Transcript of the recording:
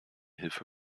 hilfe